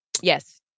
yes